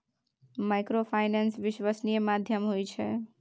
Microfinance विश्वासनीय माध्यम होय छै?